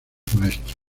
maestro